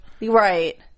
right